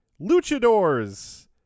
luchadors